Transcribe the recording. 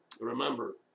Remember